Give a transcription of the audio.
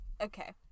Okay